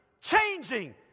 changing